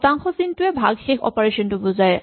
শতাংশ চিনটোৱে ভাগশেষ অপাৰেচন টো বুজায়